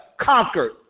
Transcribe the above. conquered